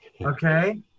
Okay